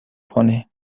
کنه